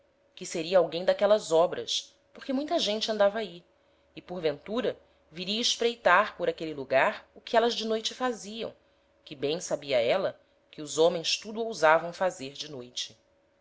que seria alguem d'aquelas obras porque muita gente andava ahi e porventura viria espreitar por aquele lugar o que élas de noite faziam que bem sabia éla que os homens tudo ousavam fazer de noite